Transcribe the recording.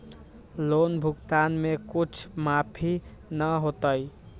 Loan भुगतान में कुछ माफी न होतई?